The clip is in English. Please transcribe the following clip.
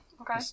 Okay